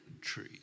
tree